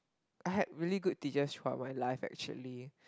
I had really good teachers for my life actually